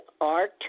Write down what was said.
art